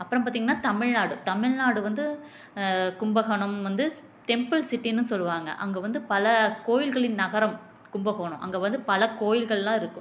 அப்புறம் பார்த்திங்கனா தமிழ்நாடு தமிழ்நாடு வந்து கும்பகோணம் வந்து டெம்பல் சிட்டின்னு சொல்லுவாங்க அங்கே வந்து பல கோயில்களின் நகரம் கும்பகோணம் அங்கே வந்து பல கோயில்கள்லாம் இருக்குது